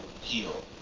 heal